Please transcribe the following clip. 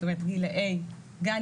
גילאי גן,